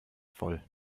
voll